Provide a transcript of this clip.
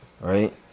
right